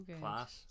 Class